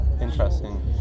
Interesting